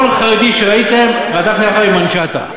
כל חרדי שראיתם, רדפתם אחריו עם מצ'טה.